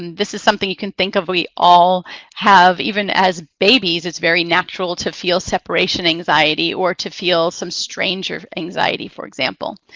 and this is something you can think of we all have, even as babies. it's very natural to feel separation anxiety or to feel some stranger anxiety, for example.